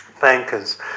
bankers